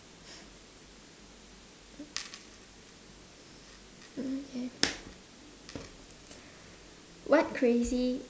mm K what crazy